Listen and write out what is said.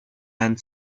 and